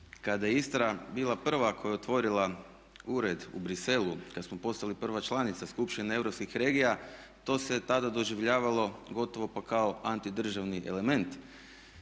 Kada je Istra bila prva koja je otvorila ured u Bruxellesu, kad smo postali prva članica Skupštine europskih regija to se tada doživljavalo gotovo pa kao antidržavni element.